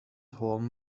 horn